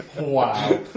Wow